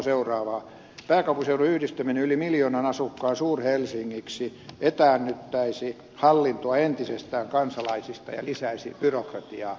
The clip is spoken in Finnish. pääkaupunkiseudun yhdistäminen yli miljoonan asukkaan suur helsingiksi etäännyttäisi hallintoa entisestään kansalaisista ja lisäisi byrokratiaa